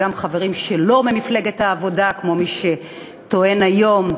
גם חברים שלו ממפלגת העבודה, כמו מי שטוען היום,